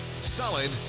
solid